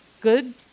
good